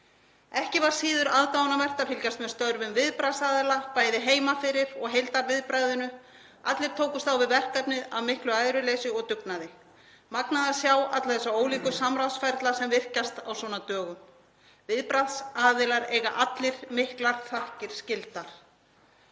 Ekki var síður aðdáunarvert að fylgjast með störfum viðbragðsaðila bæði heima fyrir og heildarviðbragðinu. Allir tókust á við verkefnið af miklu æðruleysi og dugnaði. Það er magnað að sjá alla þessa ólíku samráðsferla sem virkjast á svona dögum. Viðbragðsaðilar eiga allir miklar þakkir skildar.